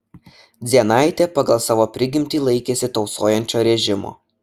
dzienaitė pagal savo prigimtį laikėsi tausojančio režimo